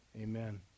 amen